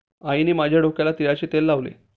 आईने माझ्या डोक्याला तिळाचे तेल लावले